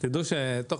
בשורה